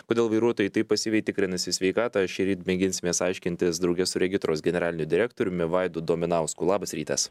kodėl vairuotojai taip pasyviai tikrinasi sveikatą šįryt mėginsimės aiškintis drauge su regitros generaliniu direktoriumi vaidu dominausku labas rytas